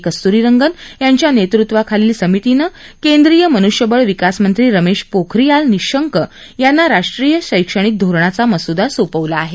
कस्तुरीरंगन यांच्या नेतृत्वाखालील समितीनं केंद्रीय मनुष्यबळ विकास मंत्री रमेश पोखरीयाल निशंक यांना राष्ट्रीय शैक्षणिक धोरणाचा मसुदा सोपवला आहे